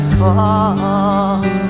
fall